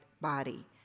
body